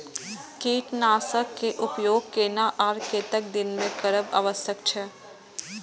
कीटनाशक के उपयोग केना आर कतेक दिन में करब आवश्यक छै?